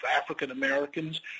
African-Americans